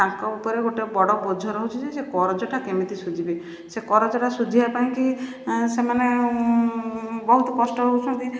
ତାଙ୍କ ଉପରେ ଗୋଟେ ବଡ଼ ବୋଝ ରହୁଛି ଯେ ସେ କରଜଟା କେମିତି ସୁଝିବି ସେ କରଜଟା ଶୁଝିବା ପାଇଁ କି ସେମାନେ ବହୁତ କଷ୍ଟ ହେଉଛନ୍ତି